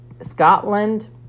Scotland